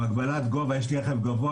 יש לי רכב גבוה,